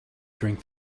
drink